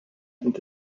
and